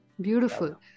Beautiful